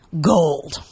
gold